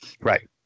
Right